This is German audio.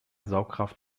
saugkraft